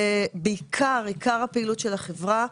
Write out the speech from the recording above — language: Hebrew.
עיקר הפעילות של החברה,